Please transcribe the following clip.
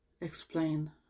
explain